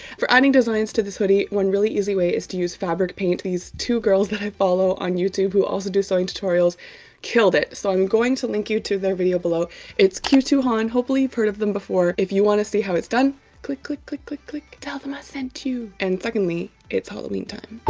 for adding designs to this hoodie when really easy way is to use fabric paint these two girls that i follow on youtube who also do sewing tutorials killed it so i'm going to link you to their video below its q two han hopefully heard of them before if you want to see how it's done click click click click click tell them i sent you and secondly it's halloween time